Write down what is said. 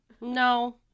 No